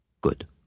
Good